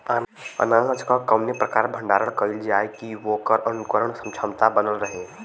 अनाज क कवने प्रकार भण्डारण कइल जाय कि वोकर अंकुरण क्षमता बनल रहे?